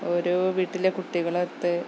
ഓരോ വീട്ടിലെ കുട്ടികളൊത്ത്